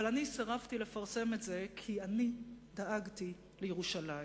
אבל אני סירבתי לפרסם את זה כי אני דאגתי לירושלים.